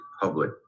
public